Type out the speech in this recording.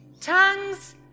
Tongues